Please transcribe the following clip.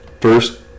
first